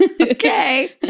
Okay